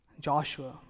Joshua